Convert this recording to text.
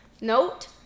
Note